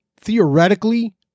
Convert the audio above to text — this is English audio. theoretically